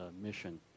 mission